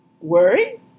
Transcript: Worry